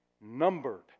numbered